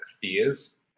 fears